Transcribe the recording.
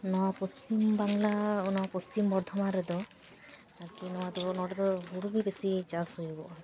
ᱱᱚᱶᱟ ᱯᱚᱥᱪᱤᱢ ᱵᱟᱝᱞᱟ ᱚᱱᱟ ᱯᱚᱥᱪᱤᱢᱵᱚᱨᱫᱷᱚᱢᱟᱱ ᱨᱮᱫᱚ ᱟᱨ ᱠᱤ ᱱᱚᱶᱟ ᱫᱚ ᱱᱚᱸᱰᱮ ᱫᱚ ᱦᱩᱲᱩᱜᱮ ᱵᱮᱥᱤ ᱪᱟᱥ ᱦᱩᱭᱩᱜᱚᱜᱼᱟ